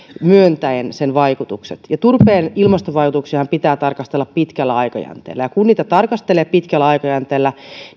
myöntäen sen vaikutukset turpeen ilmastovaikutuksiahan pitää tarkastella pitkällä aikajänteellä ja kun niitä tarkastelee pitkällä aikajänteellä